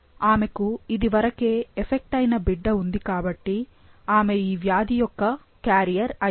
ఆమెకు ఇది వరకే ఎఫెక్ట్ అయిన బిడ్డ ఉంది కాబట్టి ఆమె ఈవ్యాధి యొక్క క్యారియర్ అయి ఉండాలి